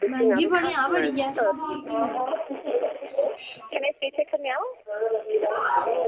मैहंगी भलेआं बड़ी ऐ